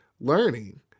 learning